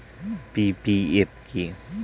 PPF কি?